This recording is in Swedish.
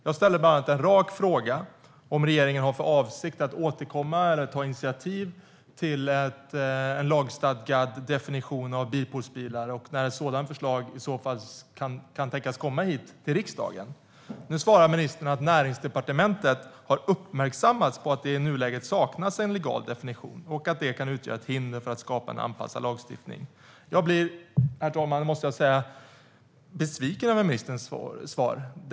Jag ställde bland annat en rak fråga om huruvida regeringen har för avsikt att ta initiativ till en lagstadgad definition för bilpoolsbilar och när ett sådant förslag i så fall kan tänkas komma hit till riksdagen. Nu svarar ministern att Näringsdepartementet har "uppmärksammats på att det i nuläget saknas en legaldefinition", vilket "kan utgöra ett hinder för att skapa en anpassad lagstiftning". Herr talman! Jag är besviken över ministerns svar, måste jag säga.